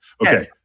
Okay